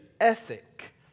ethic